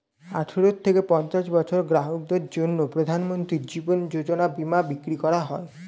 আঠারো থেকে পঞ্চাশ বছরের গ্রাহকদের জন্য প্রধানমন্ত্রী জীবন যোজনা বীমা বিক্রি করা হয়